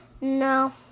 No